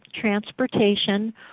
transportation